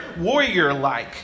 warrior-like